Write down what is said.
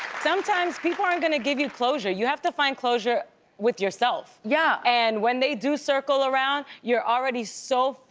sometimes people aren't gonna give you closure, you have to find closure with yourself. yeah and when they do circle around you're already so far,